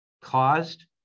caused